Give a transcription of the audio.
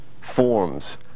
forms